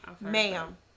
Ma'am